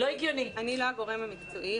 אני לא הגורם המקצועי.